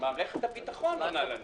מערכת הביטחון עונה לנו: